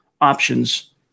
options